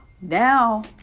now